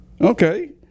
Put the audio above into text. Okay